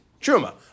truma